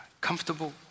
comfortable